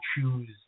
choose